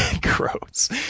Gross